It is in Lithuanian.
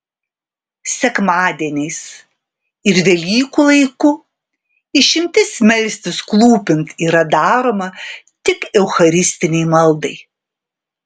sekmadieniais ir velykų laiku išimtis melstis klūpint yra daroma tik eucharistinei maldai